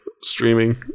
streaming